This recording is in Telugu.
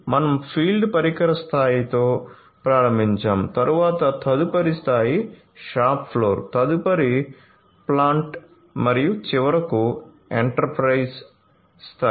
మనం ఫీల్డ్ పరికర స్థాయితో ప్రారంభించాము తరువాత తదుపరి స్థాయి షాప్ ఫ్లోర్ తదుపరి ప్లాంట్ మరియు చివరకు ఎంటర్ప్రైజ్ స్థాయి